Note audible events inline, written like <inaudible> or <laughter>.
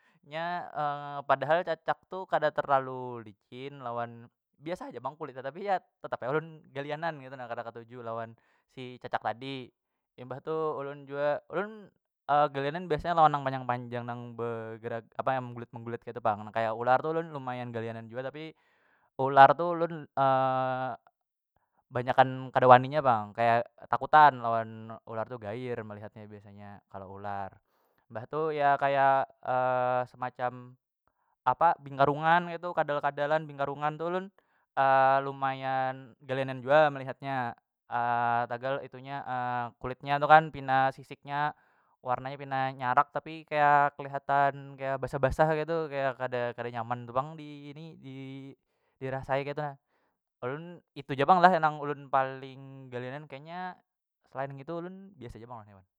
Nya <hesitation> padahal cacak tu kada terlalu licin lawan biasa haja pang kulitnya ya tetap ai ulun gelianan ketu na kada ketuju lawan si cacak tadi imbah tu ulun jua, ulun <hesitation> gelianan biasa nang panjang- panjang nang begerak apa yang menggulat- menggulat ketu pang nang kaya ular ulun lumayan gelianan jua tapi ular tu ulun <hesitation> banyakan kada wani nya pang kaya takutan lawan ular tu gair melihatnya biasanya kalo ular mbah tu ya kaya <hesitation> semacam apa bingarungan keitu kadal- kadalan bingarungan tu ulun <hesitation> lumayan gelianan jua melihat nya <hesitation> tagal itu nya <hesitation> kulitnya tu kan pina sisik nya warna nya pina nyarak tapi kaya keliatan kaya basah- basah ketu kaya kada- kada nyaman tu pang di ini dirasai ketu na ulun itu ja pang lah nang ulun paling gelianan kayanya selain ngitu ulun biasa ja pang lawan hewan.